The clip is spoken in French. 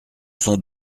sont